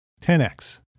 10x